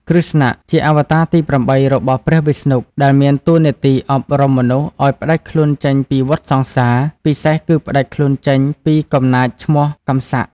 គ្រឹស្ណៈ ជាអវតារទី៨ របស់ព្រះវិស្ណុ ដែលមានតួនាទីអប់រំមនុស្សឱ្យផ្តាច់ខ្លួនចេញពីវដ្តសង្សារ ពិសេសគឺផ្តាច់ខ្លួនចេញ ពីកំណាចឈ្មោះកម្សៈ។